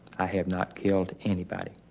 i have not killed anybody.